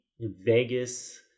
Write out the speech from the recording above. Vegas